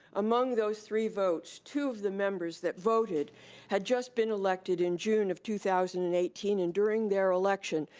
among those three votes, two of the members that voted had just been elected in june of two thousand and eighteen, and during their election,